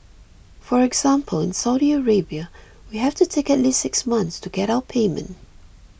for example in Saudi Arabia we have to take at least six months to get our payment